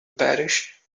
parish